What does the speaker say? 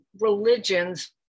religions